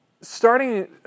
Starting